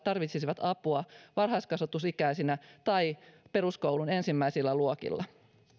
tarvitsisivat apua varhaiskasvatusikäisinä tai peruskoulun ensimmäisillä luokilla